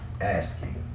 asking